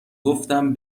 گفتم